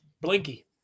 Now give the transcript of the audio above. Blinky